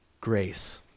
grace